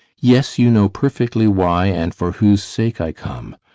yes, you know perfectly why and for whose sake i come!